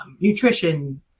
nutrition